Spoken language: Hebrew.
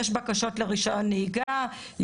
יש בקשות לרישיון נהיגה,